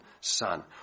son